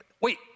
wait